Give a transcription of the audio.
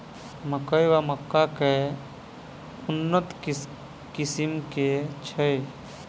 मकई वा मक्का केँ उन्नत किसिम केँ छैय?